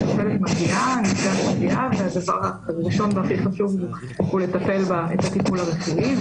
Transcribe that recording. מטופלת מגיעה והדבר הראשון והכי חשוב הוא לטפל בה את הטיפול הרפואי.